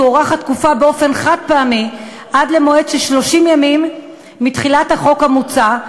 תוארך התקופה באופן חד-פעמי עד למועד של 30 ימים מתחילת החוק המוצע,